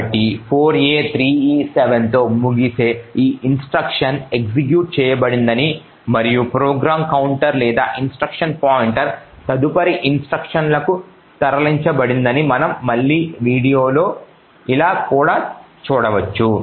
కాబట్టి 4a3e7 తో ముగిసే ఈ ఇన్స్ట్రక్షన్ ఎగ్జిక్యూట్ చేయబడిందని మరియు ప్రోగ్రామ్ కౌంటర్ లేదా ఇన్స్ట్రక్షన్ పాయింటర్ తదుపరి ఇన్స్ట్రక్షన్లకు తరలించబడిందని మనము మళ్ళీ విడదీయాలా అని కూడా చూడవచ్చు